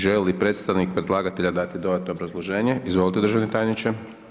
Želi li predstavnik predlagatelja dati dodatno obrazloženje, izvolite državni tajniče.